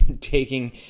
taking